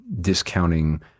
discounting